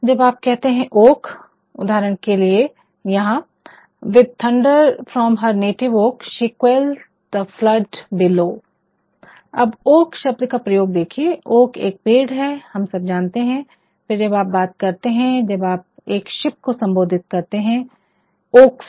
जब आप कहते है ओक उदाहरण के लिए यहाँ with thunders from her native oak she quells the flood below 'with thunders from her native oak she quells the flood below' अब ओक शब्द का प्रयोग देखिये ओक एक पेड़ है हम सब जानते है फिर जब आप बात करते है जब आप एक शिप को सम्बोधित करते है ओक से